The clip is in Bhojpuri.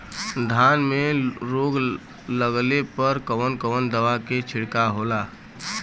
धान में रोग लगले पर कवन कवन दवा के छिड़काव होला?